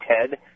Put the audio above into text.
Ted